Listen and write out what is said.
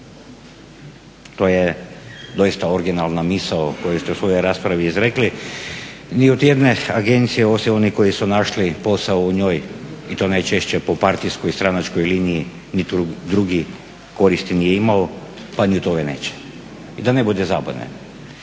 To je doista originalna misao koju ste u svojoj raspravi izrekli. Ni od jedne agencije, osim onih koji su našli posao u njoj i to najčešće po partijskoj i stranačkoj liniji nitko drugi koristi nije imao pa i od ove neće. I da ne bude zabune,